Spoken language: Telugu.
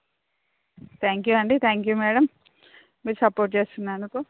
థ్యాంక్ యూ అండి థ్యాంక్ యూ మేడం మీరు సపోర్ట్ చేస్తునందుకు